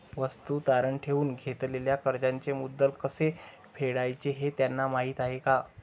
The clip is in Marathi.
वस्तू तारण ठेवून घेतलेल्या कर्जाचे मुद्दल कसे फेडायचे हे त्यांना माहीत आहे का?